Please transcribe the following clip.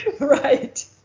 Right